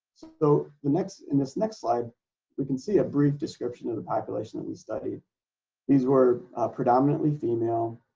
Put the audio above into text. so the next, in this next slide we can see a brief description of the population that we studied these were predominantly female